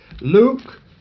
Luke